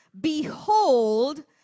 Behold